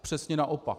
Přesně naopak.